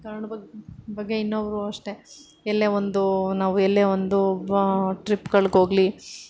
ಕನ್ನಡ ಬಗ್ಗೆ ಬಗ್ಗೆ ಇನ್ನೂ ಒ ಅಷ್ಟೆ ಎಲ್ಲೆ ಒಂದು ನಾವು ಎಲ್ಲೆ ಒಂದು ಟ್ರಿಪ್ಗಳಿಗೋಗ್ಲಿ